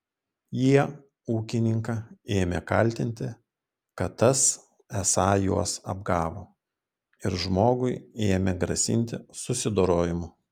jie ūkininką ėmė kaltinti kad tas esą juos apgavo ir žmogui ėmė grasinti susidorojimu